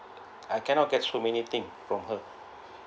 is I cannot get so many thing from her